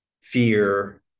fear